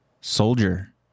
Soldier